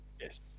Yes